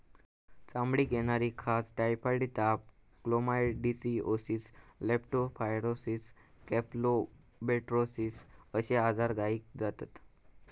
चामडीक येणारी खाज, टायफॉइड ताप, क्लेमायडीओसिस, लेप्टो स्पायरोसिस, कॅम्पलोबेक्टोरोसिस अश्ये आजार गायीक जातत